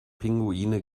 pinguine